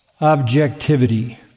objectivity